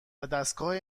ودستگاه